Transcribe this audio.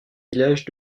villages